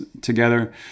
together